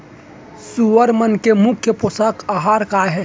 सुअर मन के मुख्य पोसक आहार का हे?